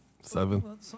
Seven